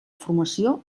formació